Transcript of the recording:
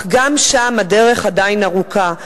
אך גם שם הדרך עדיין ארוכה.